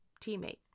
teammate